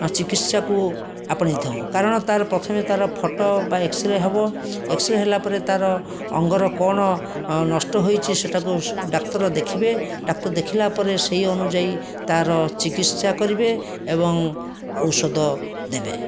ଚିକିତ୍ସାକୁ ଆପଣାଇ ଥାଉ କାରଣ ତା'ର ପ୍ରଥମେ ତା'ର ଫଟୋ ବା ଏକ୍ସରେ ହେବ ଏକ୍ସରେ ହେଲାପରେ ତା'ର ଅଙ୍ଗର କ'ଣ ନଷ୍ଟ ହୋଇଛି ସେଇଟାକୁ ଡାକ୍ତର ଦେଖିବେ ଡାକ୍ତର ଦେଖିଲାପରେ ସେହି ଅନୁଯାୟୀ ତା'ର ଚିକିତ୍ସା କରିବେ ଏବଂ ଔଷଧ ଦେବେ